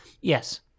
yes